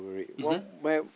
is there